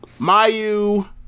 Mayu